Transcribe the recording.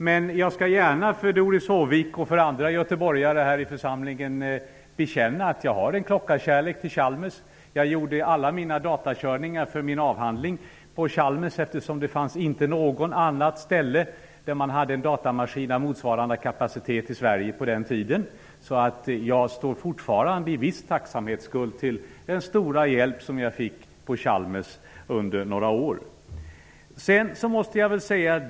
Men jag skall gärna för Doris Håvik och för andra göteborgare här i församlingen bekänna att jag har en klockarkärlek till Chalmers. Jag gjorde alla mina datakörningar för min avhandling på Chalmers, eftersom det inte fanns något annat ställe i Sverige där man hade en datamaskin av motsvarande kapacitet på den tiden. Jag står därför fortfarande i viss tacksamhetsskuld till Chalmers för den stora hjälp som jag fick där under några år.